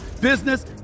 business